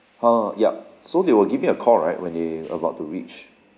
!huh! yup so they will give me a call right when they about to reach